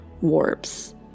warps